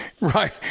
right